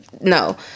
No